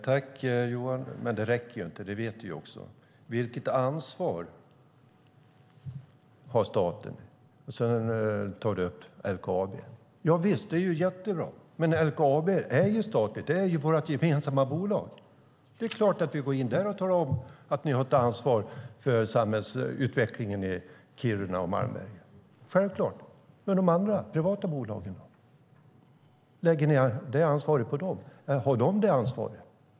Herr talman! Det räcker inte, och det vet Johan Johansson också. När jag frågar vilket ansvar staten har tar Johan Johansson upp LKAB. Ja, det är jättebra. Men LKAB är ju statligt; det är vårt gemensamma bolag. Det är klart att vi går in där och talar om att bolaget har ett ansvar för samhällsutvecklingen i Kiruna och Malmberget. Men vad gäller för de privata bolagen? Har de samma ansvar?